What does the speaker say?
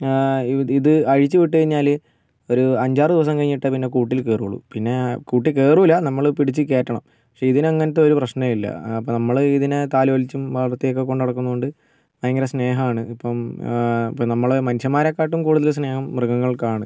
ഇത് അഴിച്ചു വിട്ട് കഴിഞ്ഞാല് ഒരു അഞ്ചാറ് ദിവസം കഴിഞ്ഞിട്ടെ പിന്നെ കൂട്ടില് കയറുകയുള്ളു പിന്നെ കൂട്ടില് കയറില്ല നമ്മള് പിടിച്ചു കയറ്റണം പക്ഷേ ഇതിനു അങ്ങനത്തെ ഒരു പ്രശ്നം ഇല്ല അപ്പം നമ്മള് ഇതിനെ താലോലിച്ചും വളർത്തിയൊക്കെകൊണ്ട് നടക്കുന്നത് കൊണ്ട് ഭയങ്കര സ്നേഹമാണ് ഇപ്പം നമ്മള് മനുഷ്യന്മ്മാരെക്കാട്ടും കൂടുതല് സ്നേഹം മൃഗങ്ങള്ക്കാണ്